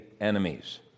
enemies